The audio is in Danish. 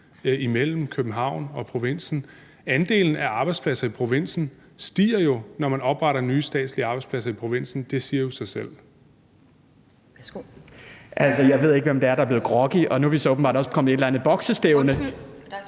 imellem København og provinsen. Andelen af arbejdspladser i provinsen stiger jo, når man opretter nye statslige arbejdspladser i provinsen, det siger sig selv.